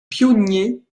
pionnier